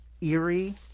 eerie